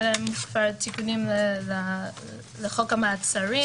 אלה תיקונים לחוק המעצרים